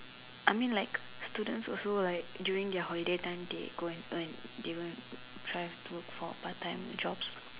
I mean like students also like during their holiday time they go and earn they go and try to look for part-time jobs